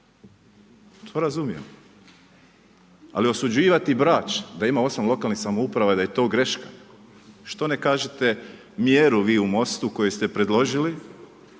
To razumijem. Ali osuđivati Brač da ima 8 lokalnih samouprava, da je to greška. Što ne kažete mjeru vi u MOST-u koji ste predložili